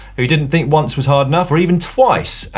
who didn't think once was hard enough, or even twice.